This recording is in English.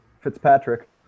Fitzpatrick